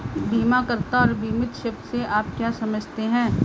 बीमाकर्ता और बीमित शब्द से आप क्या समझते हैं?